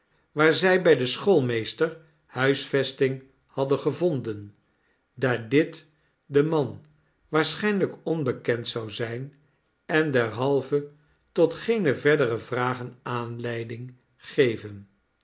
waar zij bij den schoolmeester huisvesting hadden gevonden daar dit den man waarschijnlijk onbekend zou zijn en derhalve tot geene verdere vragen aanleiding geven